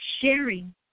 sharing